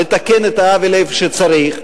לתקן את העוול איפה שצריך,